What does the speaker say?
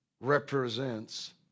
represents